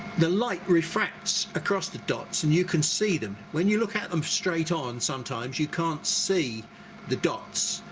the light refracts across the dots and you can see them. when you look at them straight on sometimes you can't see the dots.